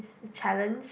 it's challenge